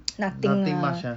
nothing lah